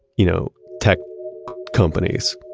you know, tech companies,